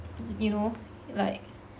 you know like